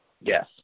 Yes